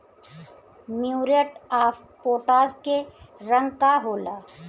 Muriate of potash के रंग का होला?